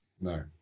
No